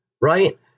Right